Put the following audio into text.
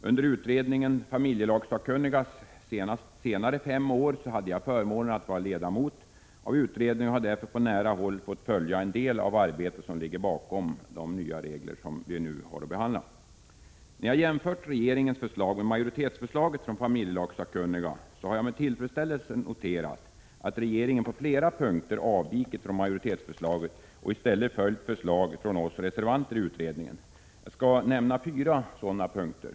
Under utredningen familjelagssakkunnigas senare fem år hade jag förmånen att vara ledamot av utredningen och har därför på nära håll fått följa en del av det arbete som ligger bakom de nya regler som vi nu har att ta ställning till. När jag jämfört regeringens förslag med majoritetsförslaget från familjelagssakkunniga har jag med tillfredsställelse noterat att regeringen på flera punkter avvikit från majoritetsförslaget och i stället följt förslag från oss reservanter i utredningen. Jag skall nämna fyra sådana punkter.